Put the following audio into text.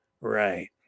Right